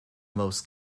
most